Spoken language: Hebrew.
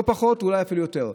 לא פחות ואולי אפילו יותר,